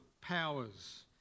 powers